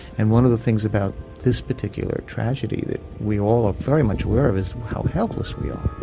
and one of the things about this particular tragedy that we all are very much aware of is how helpless we are